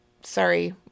sorry